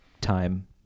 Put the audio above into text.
time